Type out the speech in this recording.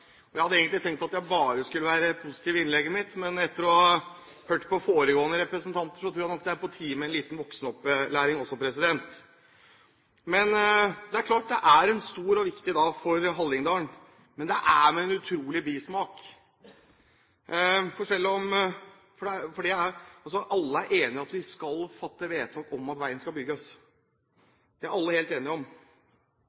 Jeg hadde egentlig tenkt at jeg bare skulle være positiv i innlegget mitt, men etter å ha hørt på foregående representant, tror jeg nok det er på tide med litt voksenopplæring. Det er klart det er en stor og viktig dag for Hallingdal, men det er med en utrolig bismak. Alle er enige om at vi skal fatte vedtak om at veien skal bygges